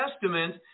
Testament